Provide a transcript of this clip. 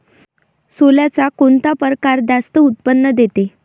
सोल्याचा कोनता परकार जास्त उत्पन्न देते?